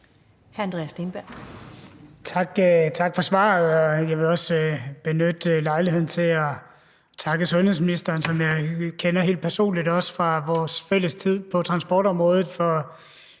16:11 Andreas Steenberg (RV): Tak for svaret. Jeg vil også benytte lejligheden til at takke sundhedsministeren, som jeg kender helt personligt, også fra vores fælles tid på transportområdet,